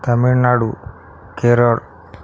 Tamil Nadu Kerala